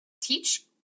teach